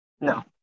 No